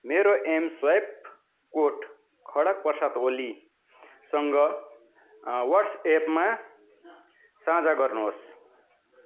मेरो mSwipe code Khadga Prasad ओलीसँग वाट्सएपमा साझा गर्नुहोस्